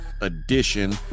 Edition